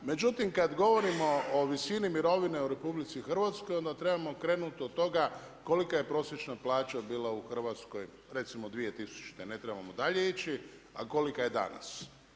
Međutim kad govorimo o visini mirovine u RH onda trebamo krenuti od toga kolika je prosječna plaća bila u Hrvatskoj recimo 2000., ne trebamo dalje ići, a kolika je danas.